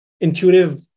intuitive